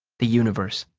the universe